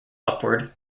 upward